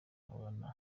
amabara